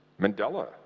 Mandela